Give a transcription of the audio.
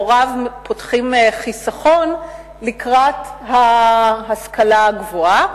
הוריו פותחים חיסכון להשכלה גבוהה.